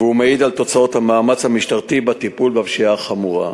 והוא מעיד על תוצאות המאמץ המשטרתי בטיפול בפשיעה החמורה.